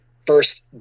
first